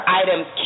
items